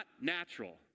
natural